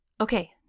Okay